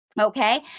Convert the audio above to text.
Okay